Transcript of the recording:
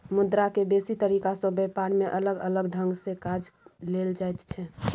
मुद्रा के बेसी तरीका से ब्यापार में अलग अलग ढंग से काज लेल जाइत छै